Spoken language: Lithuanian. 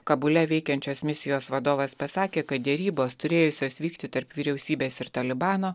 kabule veikiančios misijos vadovas pasakė kad derybos turėjusios vykti tarp vyriausybės ir talibano